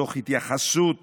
תוך התייחסות